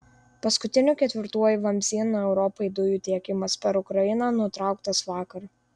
paskutiniu ketvirtuoju vamzdynu europai dujų tiekimas per ukrainą nutrauktas vakar